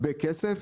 בכסף?